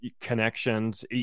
connections